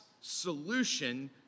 solution